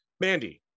mandy